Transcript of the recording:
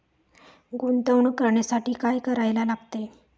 गुंतवणूक करण्यासाठी काय करायला लागते?